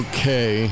Okay